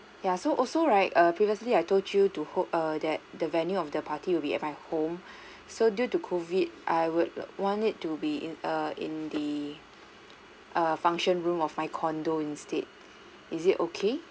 ya so also right err previously I told you to ho~ err that the venue of the party would be at my home so due to COVID I would want it to be in err in the err function room of my condo instead is it okay